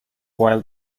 wild